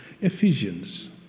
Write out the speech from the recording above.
Ephesians